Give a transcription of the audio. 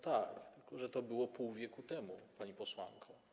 Tak, tylko że to było pół wieku temu, pani posłanko.